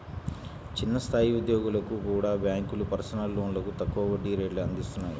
చిన్న స్థాయి ఉద్యోగులకు కూడా బ్యేంకులు పర్సనల్ లోన్లను తక్కువ వడ్డీ రేట్లకే అందిత్తన్నాయి